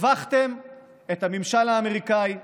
הבכתם את הממשל האמריקאי.